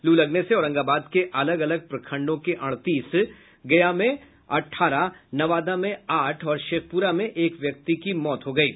लू लगने से औरंगाबाद के अलग अलग प्रखंडों में अड़तीस गया में अठारह नवादा में आठ और शेखपुरा में एक व्यक्ति की मौत हो चुकी है